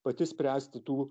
pati spręsti tų